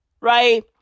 right